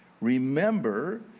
Remember